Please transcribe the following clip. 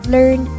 Learn